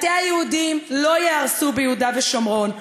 בתי היהודים לא ייהרסו ביהודה ושומרון,